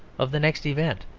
of the next event,